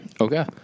Okay